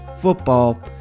football